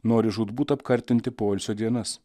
nori žūtbūt apkartinti poilsio dienas